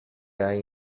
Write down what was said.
hai